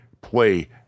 play